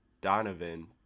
Donovan